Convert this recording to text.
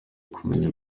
kumenya